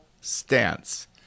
stance